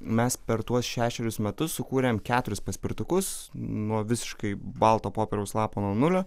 mes per tuos šešerius metus sukūrėm keturis paspirtukus nuo visiškai balto popieriaus lapo nuo nulio